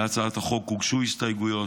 להצעת החוק הוגשו הסתייגויות.